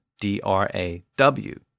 d-r-a-w